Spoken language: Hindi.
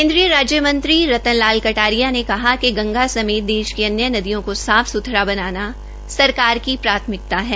केंद्रीय राज्यमंत्री रतन लाल कटारिया ने कहा की गंगा समेत देश के अन्य नदियों को साफ सुथरा बनाना सरकार की प्राथमिकता है